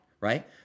right